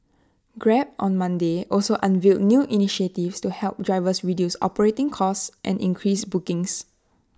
grab on Monday also unveiled new initiatives to help drivers reduce operating costs and increase bookings